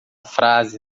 frase